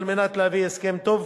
כדי להביא הסכם טוב.